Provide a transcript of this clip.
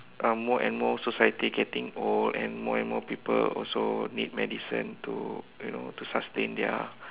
um more and more society getting old and more and more people also need medicine to you know to sustain their